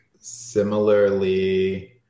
similarly